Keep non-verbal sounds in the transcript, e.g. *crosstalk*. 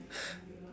*breath*